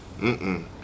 Mm-mm